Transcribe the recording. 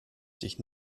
sich